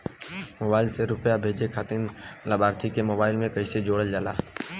Mobile से रूपया भेजे खातिर लाभार्थी के मोबाइल मे कईसे जोड़ल जाला?